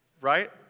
Right